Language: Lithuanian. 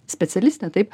specialistė taip